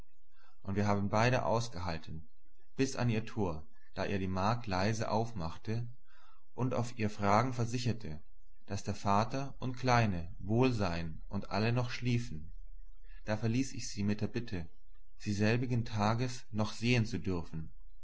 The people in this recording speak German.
und wir haben beide ausgehalten bis an ihr tor da ihr die magd leise aufmachte und auf ihr fragen versicherte daß vater und kleine wohl seien und alle noch schliefen da verließ ich sie mit der bitte sie selbigen tags noch sehen zu dürfen